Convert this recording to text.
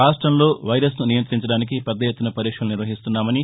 రాష్టంలో వైరస్ను నియంఁతించడానికి పెద్దఎత్తున పరీక్షలు నిర్వహిస్తున్నామని